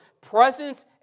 presence